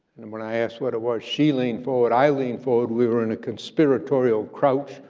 and when i asked what it was, she leaned forward. i leaned forward. we were in a conspiratorial crouch,